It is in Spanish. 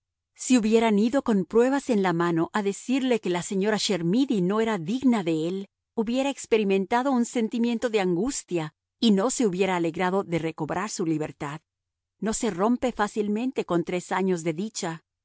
si hubieran ido con pruebas en la mano a decirle que la señora chermidy no era digna de él hubiera experimentado un sentimiento de angustia y no se hubiera alegrado de recobrar su libertad no se rompe fácilmente con tres años de dicha